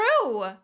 true